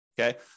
Okay